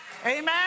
Amen